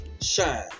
shine